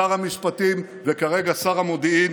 שר המשפטים וכרגע שר המודיעין,